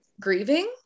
grieving